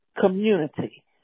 community